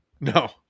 no